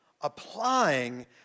applying